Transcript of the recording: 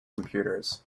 computers